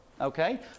okay